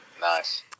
Nice